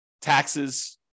taxes